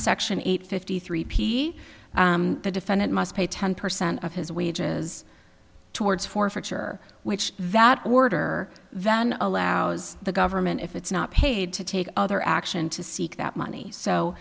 section eight fifty three p the defendant must pay ten percent of his wages towards forfeiture which that order van allows the government if it's not paid to take other action to seek that money so